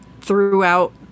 throughout